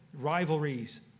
rivalries